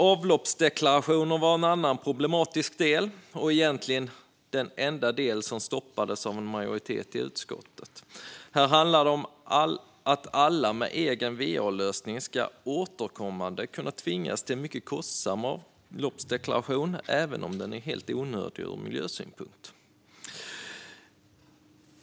Avloppsdeklarationer var en annan problematisk del, och var egentligen den enda del som stoppades av en majoritet i utskottet. Här handlar det om att alla med egen va-lösning återkommande ska tvingas till mycket kostsamma avloppsdeklarationer, även om de är helt onödiga ur miljösynpunkt.